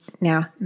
now